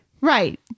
right